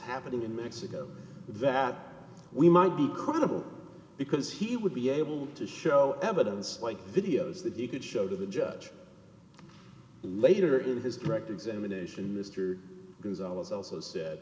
happening in mexico that we might be credible because he would be able to show evidence like videos that you could show to the judge later in his direct examination m